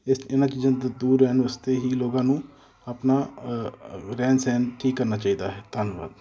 ਇਸ ਇਹਨਾਂ ਚੀਜ਼ਾਂ ਤੋਂ ਦੂਰ ਰਹਿਣ ਵਾਸਤੇ ਹੀ ਲੋਕਾਂ ਨੂੰ ਆਪਣਾ ਰਹਿਣ ਸਹਿਣ ਠੀਕ ਕਰਨਾ ਚਾਹੀਦਾ ਹੈ ਧੰਨਵਾਦ